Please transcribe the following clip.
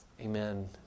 Amen